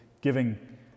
giving